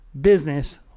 business